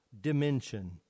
dimension